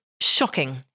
shocking